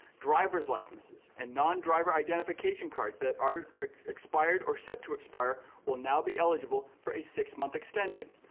drivers licenses and nondriver identitification cards that are expired or set to expire will now be eligible for a six-month extension.